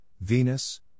Venus